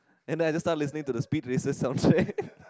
and I just lets me to the speed raiser sound check